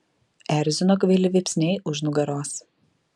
erzino kvaili vypsniai už nugaros